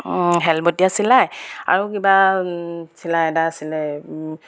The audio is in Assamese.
হেলবটিয়া চিলাই আৰু কিবা চিলাই এটা আছিলে